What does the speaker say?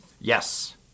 Yes